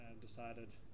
decided